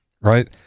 right